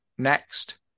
Next